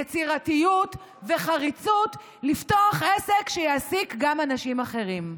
יצירתיות וחריצות לפתוח עסק שיעסיק גם אנשים אחרים.